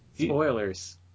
Spoilers